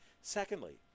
Secondly